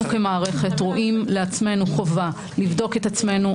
אנחנו כמערכת רואים לעצמנו חובה לבדוק את עצמנו.